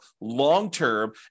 long-term